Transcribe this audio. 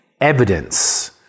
evidence